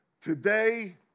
today